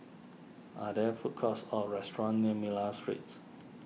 are there food courts or restaurants near Miller Street